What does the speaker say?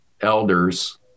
elders